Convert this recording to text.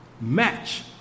match